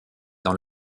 dans